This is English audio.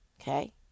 okay